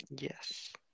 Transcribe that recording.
Yes